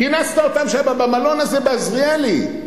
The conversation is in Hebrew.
כינסת אותם במלון הזה, בעזריאלי,